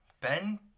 Ben